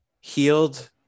healed